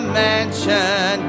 mansion